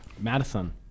Madison